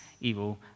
evil